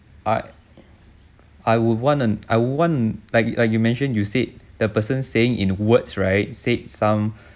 I I would want and I would want like like you mentioned you said the person saying in words right said some